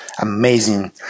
amazing